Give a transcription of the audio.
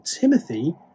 Timothy